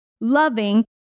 loving